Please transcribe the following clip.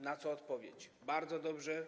Na co pada odpowiedź: Bardzo dobrze.